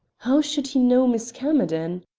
how should he know miss camerden?